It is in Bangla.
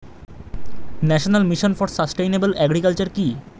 National mission for sustainable agriculture কি?